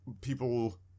people